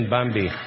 Bambi